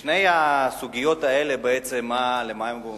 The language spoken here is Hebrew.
שתי הסוגיות האלה, בעצם למה הן גורמות?